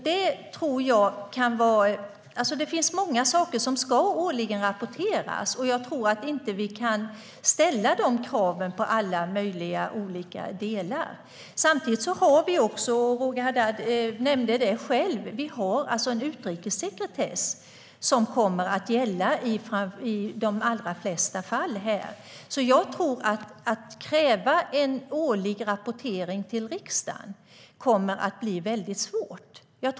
Det finns många saker som ska rapporteras årligen, och jag tror inte att vi kan ställa de kraven på alla möjliga olika delar. Samtidigt har vi - Roger Haddad nämnde det själv - en utrikessekretess som kommer att gälla här i de allra flesta fall. Att kräva årlig rapportering till riksdagen tror jag kommer att bli väldigt svårt.